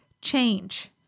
change